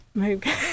Okay